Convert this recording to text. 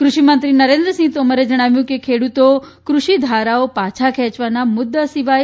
ક્રષિમંત્રી નરેન્દ્રસિંહ તોમરે જણાવ્યું છે કે ખેડૂતો ક્રષિ ધારાઓ પાછા ખેંચવાના મુદ્દા સિવાય